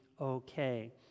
okay